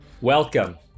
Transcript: Welcome